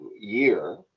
year